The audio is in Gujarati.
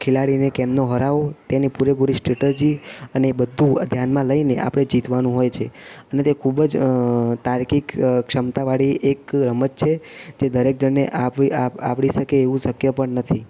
ખેલાડીને કેમનો હરાવવો તેની પૂરેપૂરી સ્ટ્રેટજી અને એ બધું ધ્યાનમાં લઈને આપણે જીતવાનું હોય છે અને તે ખૂબ જ તાર્કિક ક્ષમતાવાળી એક રમત છે જે દરેક જણને આવરી આવ આવડી શકે તેવું શક્ય પણ નથી